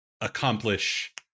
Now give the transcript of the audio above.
accomplish